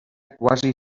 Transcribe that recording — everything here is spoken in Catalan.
quasi